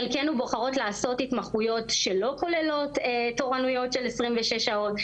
חלקנו בוחרות לעשות התמחויות שלא כוללות תורנויות של 26 שעות,